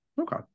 Okay